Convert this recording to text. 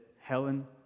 Helen